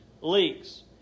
leaks